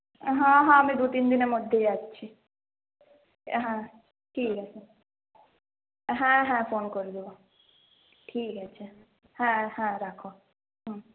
হ্যাঁ হ্যাঁ আমি দু তিন দিনের মধ্যেই যাচ্ছি হ্যাঁ ঠিক আছে হ্যাঁ হ্যাঁ ফোন করে দেবো ঠিক আছে হ্যাঁ হ্যাঁ রাখো হ্যাঁ